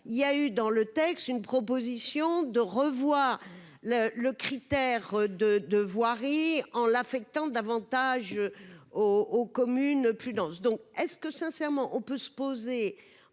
il y a eu dans le texte, une proposition de revoir le le critère de de voirie en l'affectant davantage aux communes plus dense donc est-ce que sincèrement on peut se poser